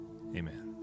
amen